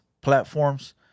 platforms